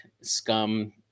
Scum